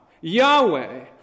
Yahweh